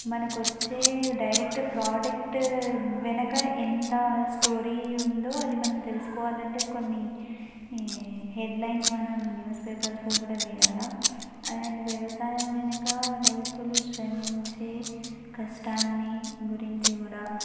మనకొచ్చే direct product వెనుక ఎంత story ఉందో అది మనం తెలుసుకోవాలంటే కొన్ని హెడ్లైన్స్ మనం న్యూస్ పేపర్స్లో కూడా వేయాలి అండ్ వ్యవసాయం వెనుక రైతులు శ్రమించే కష్టాన్ని గురించి కూడా